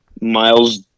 Miles